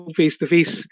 face-to-face